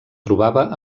trobava